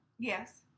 Yes